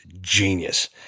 genius